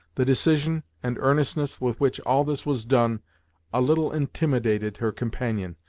the decision and earnestness with which all this was done a little intimidated her companion,